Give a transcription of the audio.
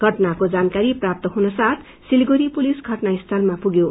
घटनाको जानकारी प्राप्त हुनसाथ सतिगढ़ी पुलिस घटनास्थलामा पुग्यो